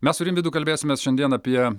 mes su rimvydu kalbėsimės šiandien apie